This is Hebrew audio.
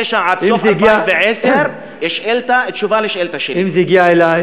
2009 עד סוף 2010, תשובה לשאילתה שלי.